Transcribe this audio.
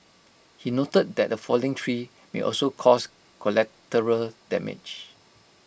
he noted that A falling tree may also cause collateral damage